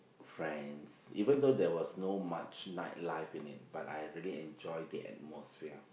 friends even though there was not much night life in it but I really enjoyed the atmosphere